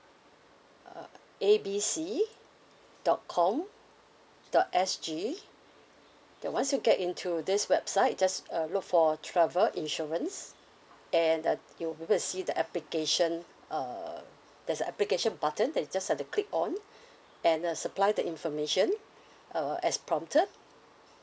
uh A B C dot com dot S_G K once you get into this website just uh look for travel insurance and uh you will see the application uh there's application button that you just have to click on and uh supply the information uh as prompted